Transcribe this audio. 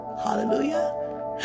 Hallelujah